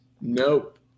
Nope